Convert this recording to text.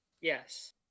Yes